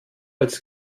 als